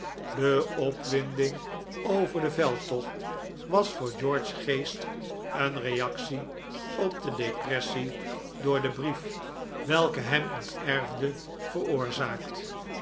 de opwinding over den veldtocht was voor george's geest een reactie op de depressie door den brief welke hem onterfde veroorzaakt